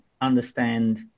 understand